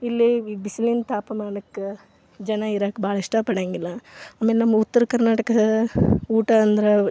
ಇಲ್ಲಿ ಬಿಸಿಲಿನ ತಾಪಮಾನಕ್ಕೆ ಜನ ಇರಕ್ಕೆ ಭಾಳ ಇಷ್ಟ ಪಡೋಂಗಿಲ್ಲ ಆಮೇಲೆ ನಮ್ಮ ಉತ್ತರ ಕರ್ನಾಟಕದ ಊಟ ಅಂದ್ರೆ